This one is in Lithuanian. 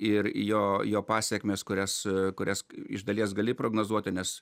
ir jo jo pasekmės kurias kurias iš dalies gali prognozuoti nes